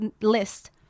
list